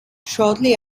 shortly